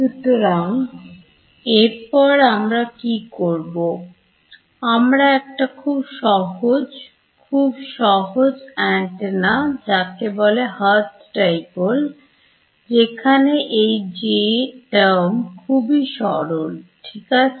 সুতরাং এরপর আমরা কি করব আমরা একটা খুব সহজ খুবই সহজ অ্যান্টেনা যাকে বলে Hertz Dipole যেখানে এই J Term খুবই সরল ঠিক আছে